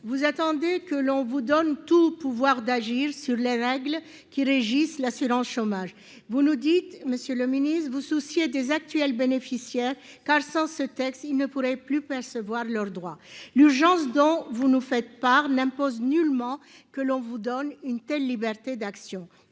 vous attendez que l'on vous donne tout pouvoir d'agir sur les règles qui régissent l'assurance chômage, vous nous dites, Monsieur le Ministre vous soucier des actuels bénéficiaires car sans ce texte, il ne pourrait plus percevoir leurs droits, l'urgence dont vous nous faites part n'impose nullement que l'on vous donne une telle liberté d'action,